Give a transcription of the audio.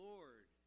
Lord